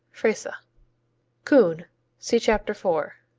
freisa coon see chapter four.